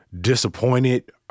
disappointed